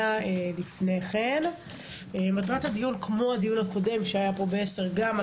מטרת הדיון כפי הדיון הקודם שהיה פה ב-10:00 היא